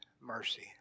mercy